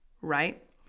right